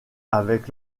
avec